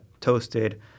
toasted